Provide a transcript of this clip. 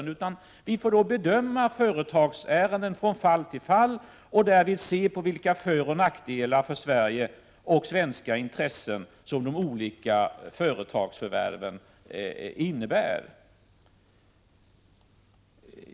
Vi får i stället bedöma företagsärenden från fall till fall och därvid studera vilka föroch nackdelar för Sverige och svenska intressen som de olika företagsförvärven innebär.